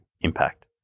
impact